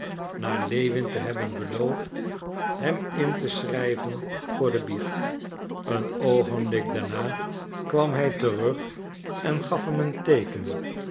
na lewin te hebben beloofd hem in te schrijven voor de biecht een oogenblik daarna kwam hij terug en gaf hem een teeken